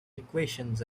equations